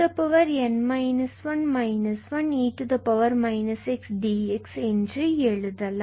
இவ்வாறாக எழுதலாம்